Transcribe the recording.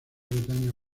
bretaña